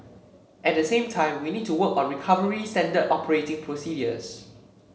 at the same time we need to work on recovery standard operating procedures